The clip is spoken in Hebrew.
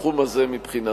בתחום הזה מבחינתה.